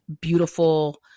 beautiful